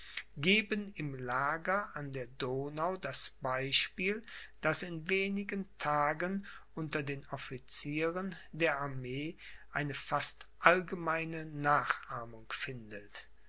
geben im lager an der donau das beispiel das in wenigen tagen unter den officieren der armee eine fast allgemeine nachahmung findet